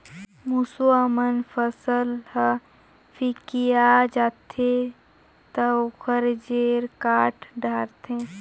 मूसवा मन फसल ह फिकिया जाथे त ओखर जेर काट डारथे